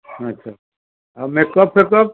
ଆଚ୍ଛା ଆଉ ମେକ୍ଅପ୍ ଫେକ୍ଅପ୍